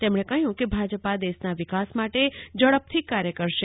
તેમણે કહ્યું કે ભાજપા દેશના વિકાસ માટે ઝડપથી કાર્ય કરશે